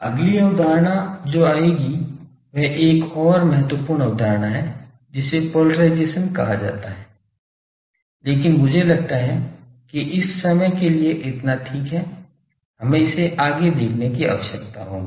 अगली अवधारणा जो आएगी वह एक और महत्वपूर्ण अवधारणा है जिसे पोलराइजेशन कहा जाता है लेकिन मुझे लगता है कि इस समय के लिए इतना ठीक है हमें इसे आगे देखने की आवश्यकता होगी